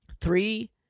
three